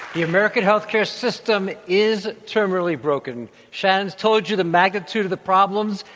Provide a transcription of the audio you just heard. the american healthcare system is terminally broken. shannon's told you the magnitude of the problems.